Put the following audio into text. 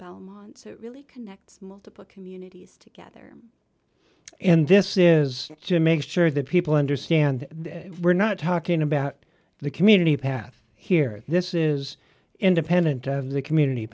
belmont so it really connects multiple communities together and this is just make sure that people understand that we're not talking about the community path here this is independent of the community